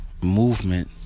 movement